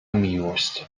miłość